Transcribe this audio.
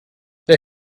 the